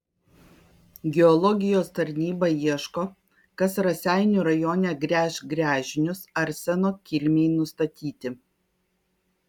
geologijos tarnyba ieško kas raseinių rajone gręš gręžinius arseno kilmei nustatyti